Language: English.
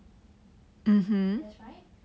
that's right